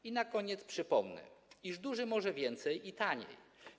I na koniec przypomnę, iż duży może więcej i taniej.